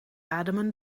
ademen